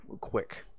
quick